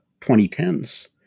2010s